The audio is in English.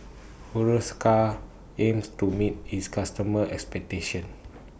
Hiruscar aims to meet its customers' expectations